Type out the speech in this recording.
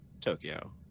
tokyo